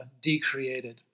decreated